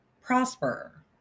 prosper